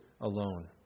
alone